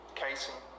casing